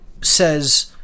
says